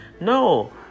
No